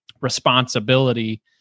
responsibility